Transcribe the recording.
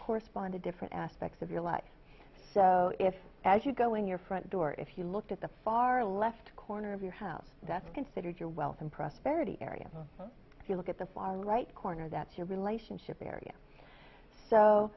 correspond to different aspects of your life so if as you go in your front door if you look at the far left corner of your house that's considered your wealth and prosperity area if you look at the far right corner that's your relationship area so